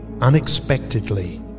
unexpectedly